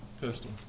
pistol